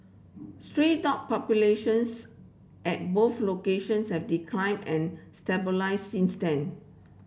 stray dog populations at both locations have declined and stabilised since then